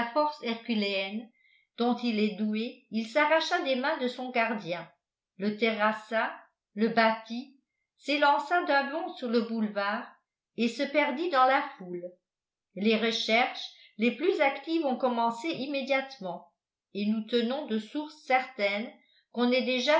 force herculéenne dont il est doué il s'arracha des mains de son gardien le terrassa le battit s'élança d'un bond sur le boulevard et se perdit dans la foule les recherches les plus actives ont commencé immédiatement et nous tenons de source certaine qu'on est déjà